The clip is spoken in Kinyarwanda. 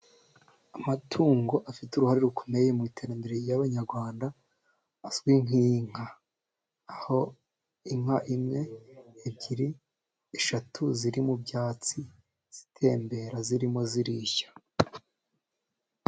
Amatungo afite uruhare rukomeye mu iterambere ry'abanyarwanda, azwi nk'inka. Aho inka imwe, ebyiri, eshatu ziri mu byatsi zitembera zirimo zirishya.